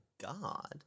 God